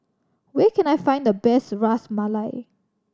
where can I find the best Ras Malai